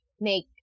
make